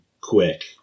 quick